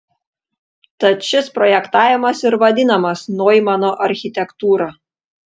tad šis projektavimas ir vadinamas noimano architektūra